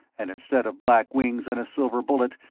and, instead of black wings and a silver bullet,